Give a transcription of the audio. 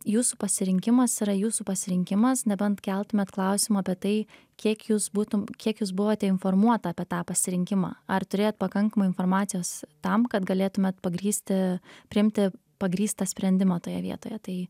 jūsų pasirinkimas yra jūsų pasirinkimas nebent keltumėt klausimų apie tai kiek jūs būtum kiek jūs buvote informuota apie tą pasirinkimą ar turėjot pakankamai informacijos tam kad galėtumėt pagrįsti priimti pagrįstą sprendimą toje vietoje tai